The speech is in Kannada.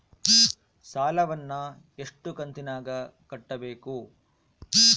ಸಾಲವನ್ನ ಎಷ್ಟು ಕಂತಿನಾಗ ಕಟ್ಟಬೇಕು?